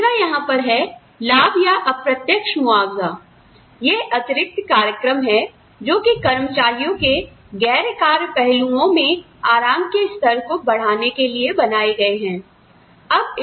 तीसरा यहां पर है लाभ या अप्रत्यक्ष मुआवजा यह अतिरिक्त कार्यक्रम हैं जो कि कर्मचारियों के गैर कार्य पहलुओं में आराम के स्तर को बढ़ाने के लिए बनाए गए हैं